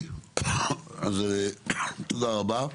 תודה רבה.